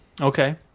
Okay